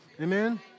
Amen